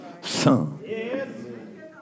son